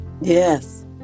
Yes